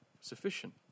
sufficient